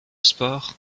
sport